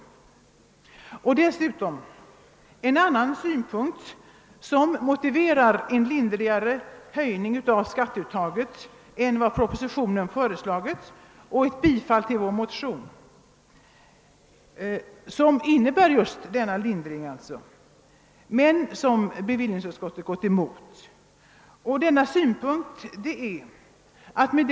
Det finns dessutom en annan synpunkt som motiverar en lindrigare höjning av skatteuttaget än som föreslås i propositionen men som bevillningsutskottet inte har beaktat när man avstyrkt vår motion.